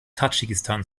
tadschikistan